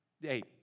Hey